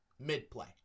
Mid-play